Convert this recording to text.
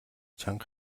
чанга